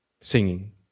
singing